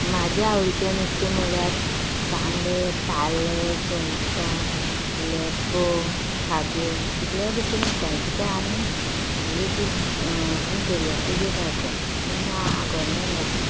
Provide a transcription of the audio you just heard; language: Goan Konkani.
म्हज्या आवडीचें नुस्तें म्हणल्यार बांगडे ताल्ले सुंगटां लेपो खाप्यो कितल्या भशेन दिेता कित्याक आमी एक आमी दर्या देगेर रावतात आमी आगोंदा रावता